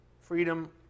freedom